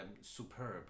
Superb